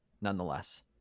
nonetheless